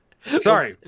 Sorry